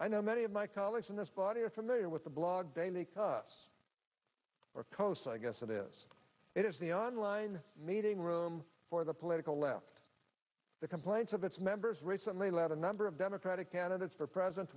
i know many of my colleagues in this body are familiar with the blog daily kos or coasts i guess it is it is the online meeting room for the political left the complaints of its members recently led a number of democratic candidates for president